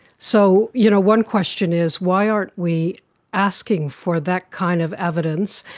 so you know one question is why aren't we asking for that kind of evidence,